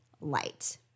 light